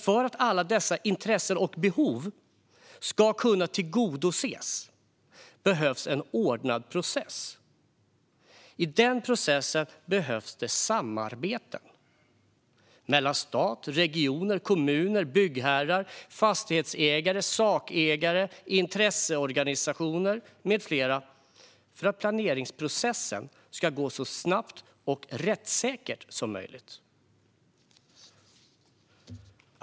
För att alla dessa intressen och behov ska kunna tillgodoses behövs en ordnad process. I den processen behövs det samarbeten mellan stat, regioner, kommuner, byggherrar, fastighetsägare, sakägare, intresseorganisationer med flera för att planeringsprocessen ska bli så snabb och rättssäker som möjligt.